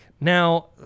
Now